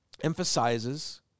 emphasizes